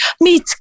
meet